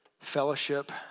fellowship